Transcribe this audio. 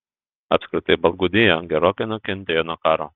apskritai baltgudija gerokai nukentėjo nuo karo